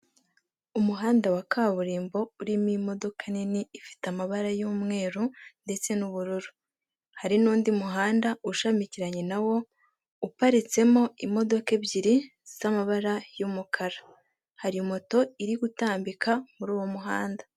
Umuhanda wa kaburimbo urimo imodoka nini ifite amabara y'umweru ndetse n'ubururu hari n'undi muhanda ushamikiranye nawo, uparitsemo imodoka ebyiri z'amabara y'umukara hari moto iri gutambika muri uwo muhanda.